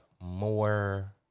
more